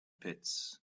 pits